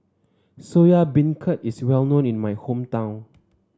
Soya Beancurd is well known in my hometown